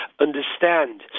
Understand